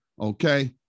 okay